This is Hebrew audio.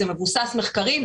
זה מבוסס מחקרים,